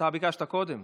אתה ביקשת קודם?